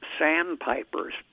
sandpipers